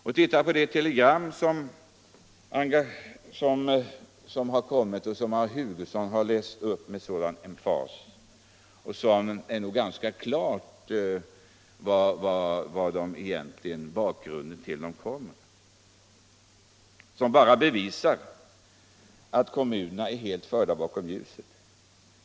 Och titta på de telegram som kommit och som herr Hugosson läste upp med sådan emfas! Det är nog ganska klart varifrån de kommer. De bevisar bara att kommunerna är helt förda bakom ljuset.